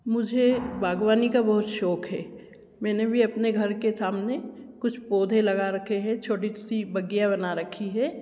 मुझे बागवानी का बहुत शौक है मैने भी अपने घर के सामने कुछ पौधे लगा रखे हैं छोटी सी बगिया बना रखी है